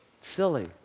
Silly